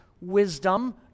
wisdom